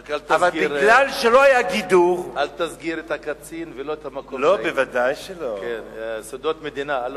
רק אל תסגיר את הקצין ואת המקום, סודות מדינה.